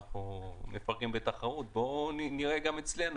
אנחנו מדברים על תחרות ובואו נראה גם אצלנו